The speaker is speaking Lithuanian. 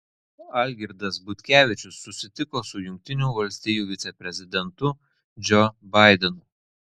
algirdas butkevičius susitiko su jungtinių valstijų viceprezidentu džo baidenu